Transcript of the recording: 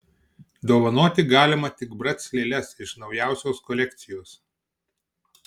dovanoti galima tik brac lėles iš naujausios kolekcijos